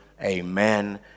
Amen